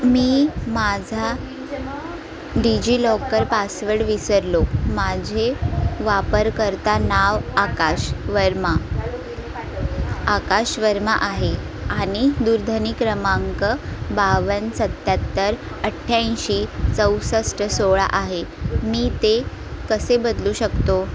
मी माझा DigiLocker password विसरलो माझे वापरकर्ता नाव आकाश वर्मा आकाश वर्मा आहे आणि दूरध्वनी क्रमांक बावन सत्त्याहत्तर अठ्ठ्याऐंशी चौसष्ट सोळा आहे मी ते कसे बदलू शकतो